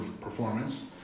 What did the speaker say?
performance